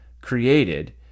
created